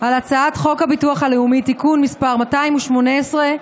על הצעת חוק הביטוח הלאומי (תיקון מס' 218)